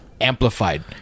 amplified